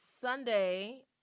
Sunday